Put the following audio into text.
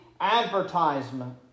advertisement